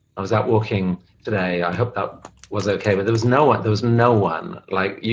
was out walking today. i hope that was ok. but there was no one. there was no one. like, yeah